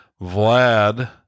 Vlad